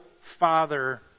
father